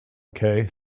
okay